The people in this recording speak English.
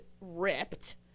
ripped